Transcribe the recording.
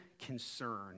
concern